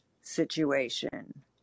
situation